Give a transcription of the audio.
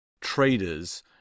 traders